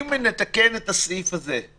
אם נתקן את הסעיף הזה,